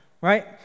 right